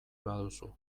baduzu